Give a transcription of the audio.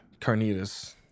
Carnitas